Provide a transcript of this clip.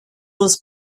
was